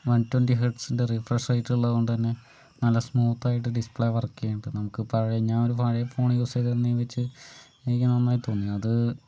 one twenty ഹെഡ്സിൻ്റെ refresh rate ഉള്ളത് കൊണ്ട് തന്നെ നല്ല സ്മൂത്തായിട്ട് ഡിസ്പ്ലേ വർക്ക് ചെയ്യുന്നുണ്ട് നമുക്ക് പഴയ ഞാനൊരു പഴയ ഫോൺ യൂസ് ചെയ്തതിൽ വച്ച് എനിക്ക് നന്നായി തോന്നി അത്